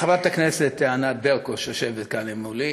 חברת הכנסת ענת ברקו, שיושבת כאן מולי,